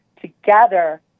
together